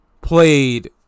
played